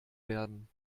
werden